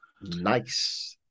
Nice